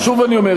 זכויות האדם,